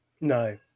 No